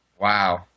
Wow